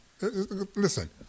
Listen